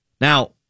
Now